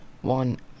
One